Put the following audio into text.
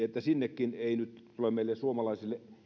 että sinnekin ei nyt tule meille suomalaisille